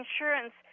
insurance